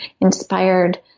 inspired